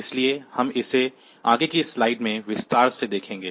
इसलिए हम इसे आगे की स्लाइड्स में विस्तार से देखेंगे